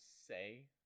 say